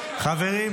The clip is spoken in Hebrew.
חברים,